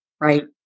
right